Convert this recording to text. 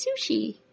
sushi